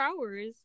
hours